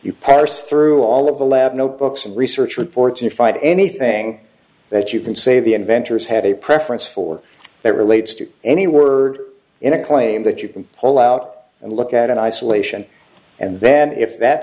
you parse through all of the lab notebooks and research reports and find anything that you can say the inventors had a preference for that relates to any word in a claim that you can pull out and look at in isolation and then if that